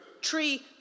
tree